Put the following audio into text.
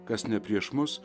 kas ne prieš mus